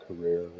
career